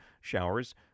showers